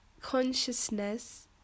consciousness